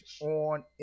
on